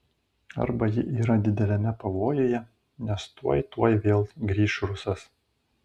arba ji yra dideliame pavojuje nes tuoj tuoj vėl grįš rusas